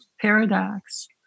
paradox